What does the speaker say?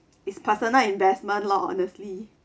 is personal investment lor honestly